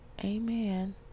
Amen